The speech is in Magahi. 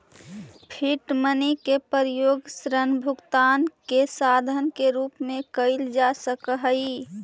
फिएट मनी के प्रयोग ऋण भुगतान के साधन के रूप में कईल जा सकऽ हई